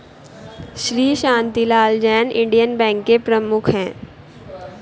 Shri Shantilal Jain Indian Bank के प्रमुख है